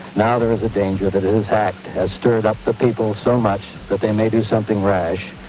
now there is a danger that his act has stirred up the people so much that they may do something rash,